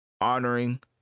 honoring